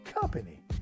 Company